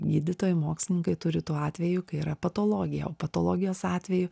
gydytojai mokslininkai turi tuo atveju kai yra patologija o patologijos atveju